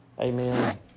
Amen